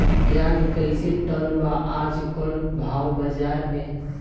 प्याज कइसे टन बा आज कल भाव बाज़ार मे?